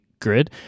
Grid